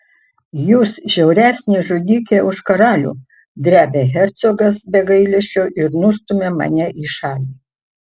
jūs žiauresnė žudikė už karalių drebia hercogas be gailesčio ir nustumia mane į šalį